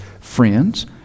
friends